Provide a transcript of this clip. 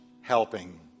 helping